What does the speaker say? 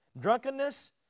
drunkenness